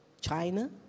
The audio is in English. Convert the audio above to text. China